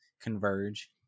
converge